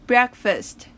Breakfast